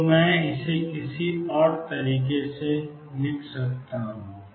तो मैं इसे किसी भी तरह से लिख सकता हूं